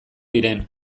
diren